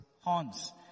horns